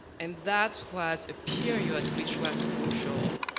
and that was a period which was crucial.